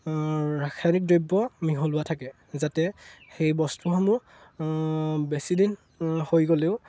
ৰাসায়নিক দ্ৰব্য মিহলোৱা থাকে যাতে সেই বস্তুসমূহ বেছিদিন হৈ গ'লেও